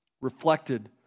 Reflected